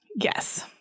Yes